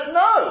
no